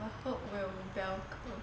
I hope will have bell curve